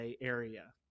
area